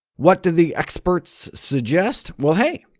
what do the experts suggest? well, hey,